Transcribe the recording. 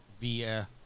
via